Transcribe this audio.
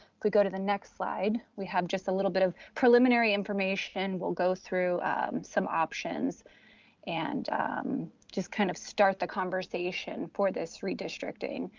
go to the next slide, we have just a little bit of preliminary information. we'll go through some options and just kind of start the conversation for this redistricting.